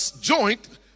joint